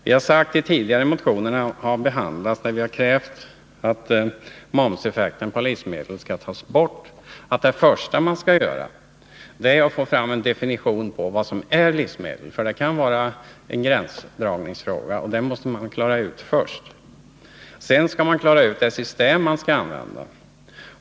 Vi har sagt när tidigare motioner har behandlats, där vi har krävt att momseffekten på livsmedel skall tas bort, att det första man skall göra är att få fram en definition på vad som är livsmedel. Det kan vara en gränsdragningsfråga, och den måste man klara ut först. Sedan skall man klara ut vilket system man skall använda.